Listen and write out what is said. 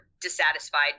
dissatisfied